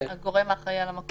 הגורם האחראי על המקום.